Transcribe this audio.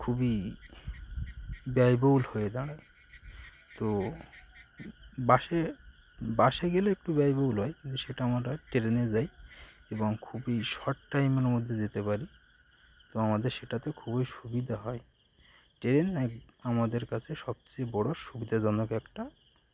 খুবই ব্যয়বহুল হয়ে দাঁড়ায় তো বাসে বাসে গেলে একটু ব্যয়বহুল হয় কিন্তু সেটা আমরা ট্রেনে যাই এবং খুবই শর্ট টাইমের মধ্যে যেতে পারি তো আমাদের সেটাতে খুবই সুবিধা হয় ট্রেন আমাদের কাছে সবচেয়ে বড় সুবিধাজনক একটা